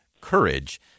courage